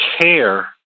care